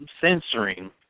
censoring